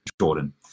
Jordan